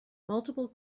multiple